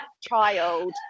child